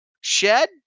Shed